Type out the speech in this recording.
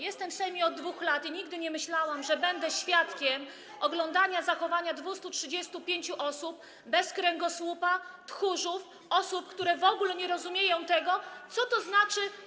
Jestem w Sejmie od 2 lat i nigdy nie myślałam, że będę świadkiem oglądania zachowania 235 osób bez kręgosłupa, tchórzy, osób, które w ogóle nie rozumieją tego, co to znaczy.